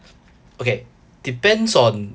okay depends on